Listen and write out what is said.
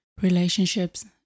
relationships